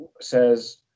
says